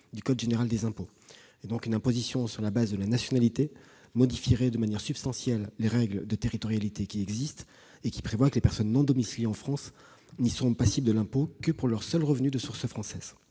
du code général des impôts. Une imposition sur la base de la nationalité modifierait de manière substantielle les règles de territorialité en vigueur, prévoyant que les personnes non domiciliées en France n'y sont passibles de l'impôt que pour leurs seuls revenus de source française.